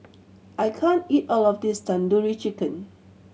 I can't eat all of this Tandoori Chicken